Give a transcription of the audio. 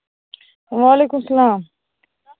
وعلیکُم سَلام